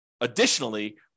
additionally